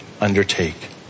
undertake